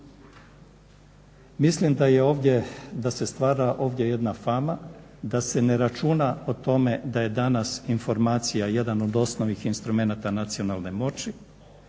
ovdje, da se stvara ovdje jedna fama, da se ne računa o tome da je danas informacija jedan od osnovnih instrumenata nacionalne moći.